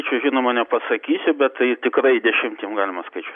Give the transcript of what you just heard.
čia žinoma nepasakysiu bet tai tikrai dešimtim galima skaičiuot